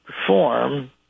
perform